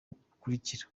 bukurikira